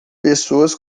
pessoas